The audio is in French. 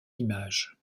image